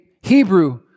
Hebrew